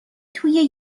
توی